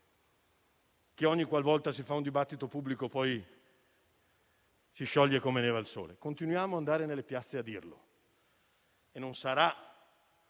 che ogni qualvolta si fa un dibattito pubblico poi si scioglie come neve al sole. Continueremo ad andare nelle piazze a dirlo e non sarà